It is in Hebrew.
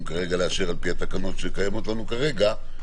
כרגע לאשר על פי התקנות שקיימות לנו כרגע,